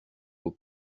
aux